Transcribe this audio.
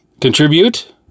Contribute